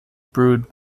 brewed